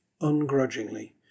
ungrudgingly